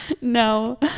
No